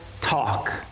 talk